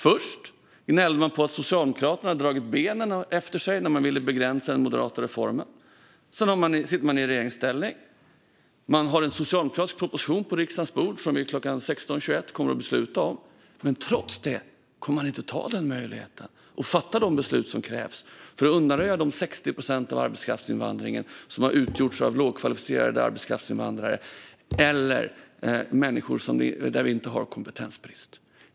Först gnäller man på att Socialdemokraterna dragit benen efter sig när de ville begränsa den moderata reformen. Sedan sitter man i regeringsställning. Vi har en socialdemokratisk proposition på riksdagens bord, som vi klockan 16.21 kommer att besluta om. Trots det kommer man inte att ta vara på möjligheten att fatta de beslut som krävs för att undanröja de 60 procent av arbetskraftsinvandringen som har utgjorts av lågkvalificerade arbetskraftsinvandrare eller av arbetskraftsinvandrare där vi inte har kompetensbrist.